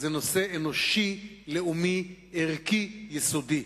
זה נושא אנושי, לאומי, ערכי, יסודי.